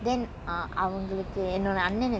you can just prepare a script what